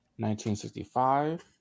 1965